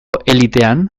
elitean